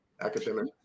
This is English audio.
academic